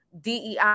DEI